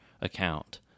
account